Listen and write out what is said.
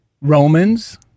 Romans